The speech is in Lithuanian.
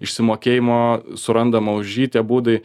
išsimokėjimo surandama už jį būdai